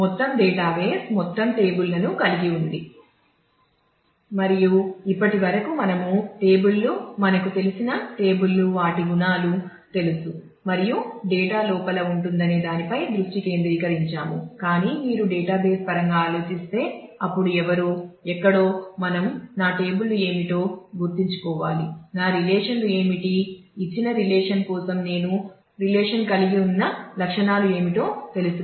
మొత్తం డేటాబేస్ ఏమిటో మీకు తెలుసు